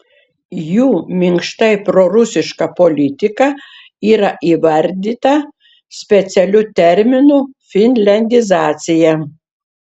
jų minkštai prorusiška politika yra įvardyta specialiu terminu finliandizacija